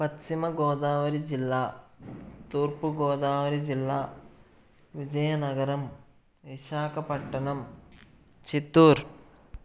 పశ్చిమ గోదావరి జిల్లా తూర్పు గోదావరి జిల్లా విజయనగరం విశాఖపట్టణం చిత్తూర్